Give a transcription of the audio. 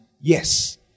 Yes